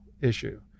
issue